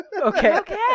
okay